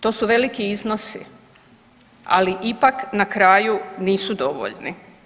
To su veliki iznosi, ali ipak na kraju nisu dovoljni.